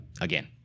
again